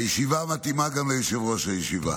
הישיבה מתאימה גם ליושב-ראש הישיבה.